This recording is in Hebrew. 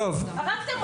זהו, הרגתם אותנו.